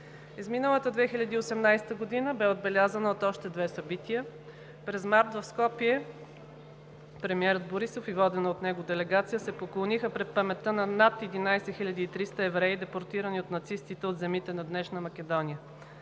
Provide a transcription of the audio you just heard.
Изминалата 2018 г. бе отбелязана от още две събития. През март в Скопие премиерът Борисов и водена от него делегация се поклониха пред паметта на над 11 хиляди и 300 евреи, депортирани от нацистите от земите на днешна Македония.